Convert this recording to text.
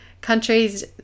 countries